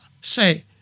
Say